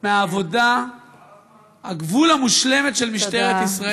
מהעבודה על-גבול-המושלמת של משטרת ישראל.